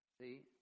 See